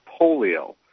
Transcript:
polio